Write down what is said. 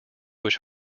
which